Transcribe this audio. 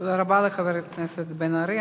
תודה רבה לחבר הכנסת בן-ארי.